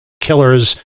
killers